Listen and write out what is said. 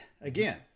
again